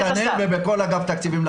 מבלי לפגוע בנתנאל ובכל אגף תקציבים.